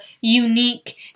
unique